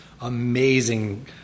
amazing